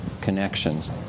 connections